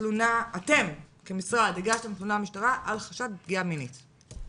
אתם כמשרד הגשתם תלונה במשטרה על חשד לפגיעה מינית.